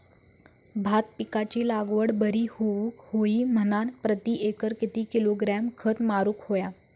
भात पिकाची लागवड बरी होऊक होई म्हणान प्रति एकर किती किलोग्रॅम खत मारुक होया?